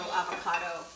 avocado